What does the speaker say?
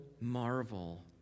marvel